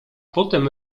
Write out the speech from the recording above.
potem